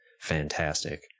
fantastic